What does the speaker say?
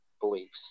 beliefs